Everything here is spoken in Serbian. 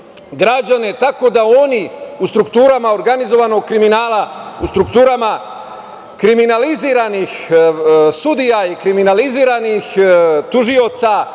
tako da oni u strukturama organizovanog kriminala, u strukturama kriminalizovanih sudija, kriminalizovanih tužioca